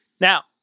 now